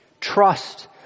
Trust